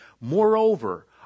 Moreover